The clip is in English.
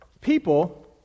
people